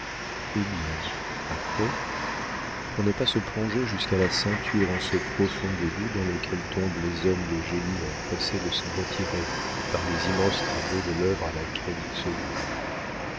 eh bien après pour ne pas se plonger jusqu'à la ceinture en ce profond dégoût dans lequel tombent les hommes de génie empressés de s'en retirer par les immenses travaux de l'œuvre à laquelle ils se